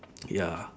ya